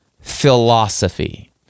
philosophy